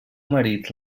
marit